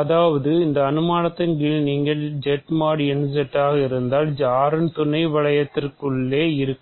அதாவது இந்த அனுமானத்தின் கீழ் நீங்கள் Z mod n Z ஆக இருந்தால் R யின் துணை வளையதனக்குள்ளே இருக்கும்